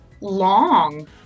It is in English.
Long